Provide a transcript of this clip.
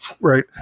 Right